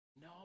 No